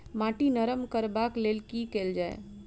माटि नरम करबाक लेल की केल जाय?